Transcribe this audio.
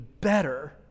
better